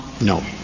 No